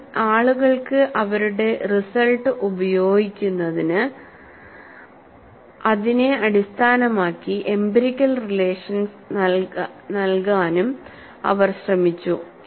എന്നാൽ ആളുകൾക്ക് അവരുടെ റിസൾട് ഉപയോഗിക്കുന്നതിന് അതിനെ അടിസ്ഥാനമാക്കി എംപിരിക്കൽ റിലേഷൻ നൽകാനും അവർ ശ്രമിച്ചു